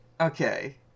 Okay